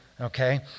Okay